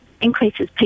increases